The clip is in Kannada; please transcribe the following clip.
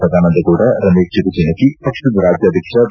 ಸದಾನಂದಗೌಡ ರಮೇಶ್ ಜಿಗಜಿಣಗಿ ಪಕ್ಷದ ರಾಜ್ಯಾಧ್ಯಕ್ಷ ಬಿ